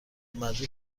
مجبور